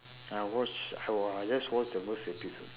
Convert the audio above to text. I watched uh I just watch the first episode